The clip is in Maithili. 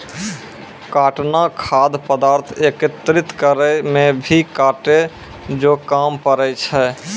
काटना खाद्य पदार्थ एकत्रित करै मे भी काटै जो काम पड़ै छै